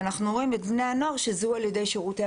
ואנחנו רואים את בני הנוער שזוהו על ידי שירותי